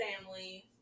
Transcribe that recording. family